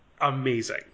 amazing